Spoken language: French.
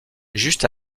juste